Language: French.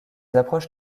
approches